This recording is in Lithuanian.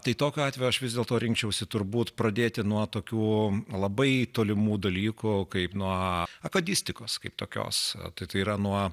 tai tokiu atveju aš vis dėlto rinkčiausi turbūt pradėti nuo tokių labai tolimų dalykų kaip nuo akadistikos kaip tokios ta tai yra nuo